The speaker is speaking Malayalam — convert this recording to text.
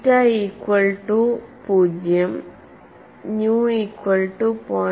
തീറ്റ ഈക്വൽ റ്റു 0ന്യു ഈക്വൽ റ്റു 0